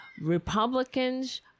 Republicans